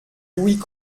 louis